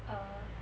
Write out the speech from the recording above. err